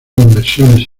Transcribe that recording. inversiones